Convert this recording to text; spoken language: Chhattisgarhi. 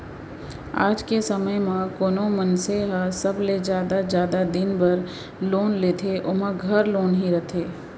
आज के समे म कोनो मनसे ह सबले जादा जादा दिन बर लोन लेथे ओमा घर लोन ही रथे